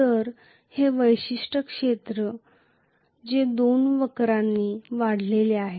तर हे विशिष्ट क्षेत्र जे दोन वक्रांनी वेढलेले आहे